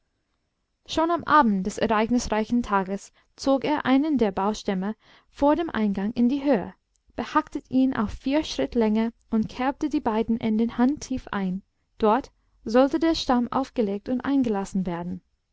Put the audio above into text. schon am abend des ereignisreichen tages zog er einen der baumstämme vor dem eingang in die höhe behackte ihn auf vier schritt länge und kerbte die beiden enden handtief ein dort sollte der stamm aufgelegt und eingelassen werden